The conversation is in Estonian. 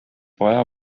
vaja